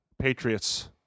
Patriots